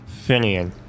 Finian